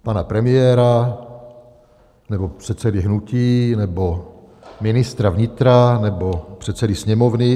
Pana premiéra, nebo předsedy hnutí, nebo ministra vnitra, nebo předsedy Sněmovny?